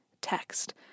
text